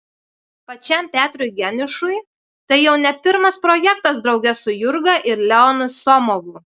pačiam petrui geniušui tai jau ne pirmas projektas drauge su jurga ir leonu somovu